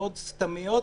מאוד סתמיות,